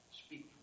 speak